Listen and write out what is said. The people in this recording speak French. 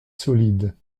solides